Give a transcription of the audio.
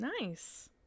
nice